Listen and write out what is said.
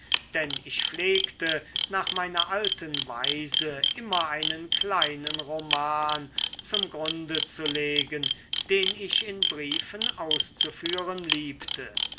denn ich pflegte nach meiner alten weise immer einen kleinen roman zum grunde zu legen den ich in briefen auszuführen liebte